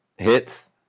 Hits